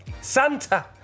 Santa